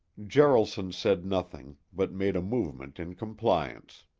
jaralson said nothing, but made a movement in compliance.